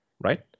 right